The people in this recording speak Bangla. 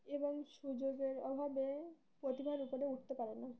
এবং সুযোগের অভাবে প্রতিভারা উপরে উঠতে পারে না